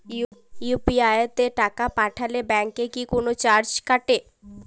UPI তে টাকা পাঠালে ব্যাংক কি কোনো চার্জ কাটে?